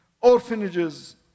Orphanages